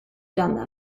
done